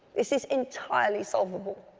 this is entirely solvable,